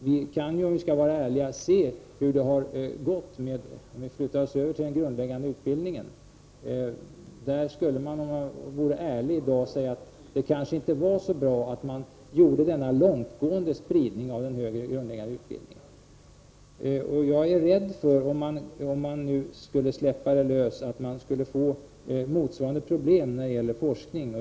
Vi kan se hur det har gått med den högre grundläggande utbildningen. Om man är ärlig skulle man kunna säga att det inte var så bra att göra denna långtgående spridning. Om man skulle sprida fasta forskningsresurser mer är jag rädd för att man skulle få motsvarande problem när det gäller forskningen.